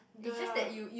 the